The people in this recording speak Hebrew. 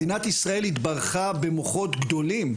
מדינת ישראל התברכה במוחות גדולים,